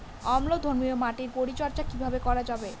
অম্লধর্মীয় মাটির পরিচর্যা কিভাবে করা যাবে?